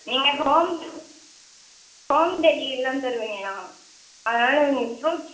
நீங்கள் home home டெலிவரிலாம் தருவீங்களா அதனால் நீங்கள் ஃப்ரூட்ஸ்